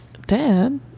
Dad